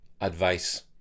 advice